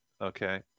Okay